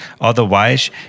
Otherwise